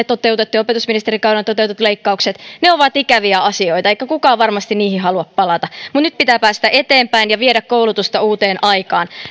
toteutettu leikkaus ja opetusministerikaudellanne toteutetut leikkaukset ovat ikäviä asioita eikä eikä kukaan varmasti niihin halua palata mutta nyt pitää päästä eteenpäin ja viedä koulutusta uuteen aikaan